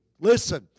Listen